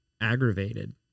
aggravated